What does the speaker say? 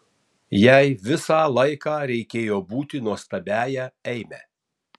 jai visą laiką reikėjo būti nuostabiąja eime